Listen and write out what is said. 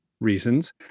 reasons